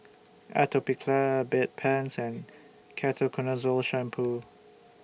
Atopiclair Bedpans and Ketoconazole Shampoo